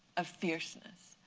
a fierceness,